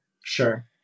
Sure